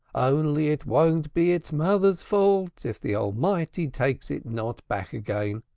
only it won't be its mother's fault if the almighty takes it not back again.